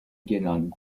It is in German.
genannt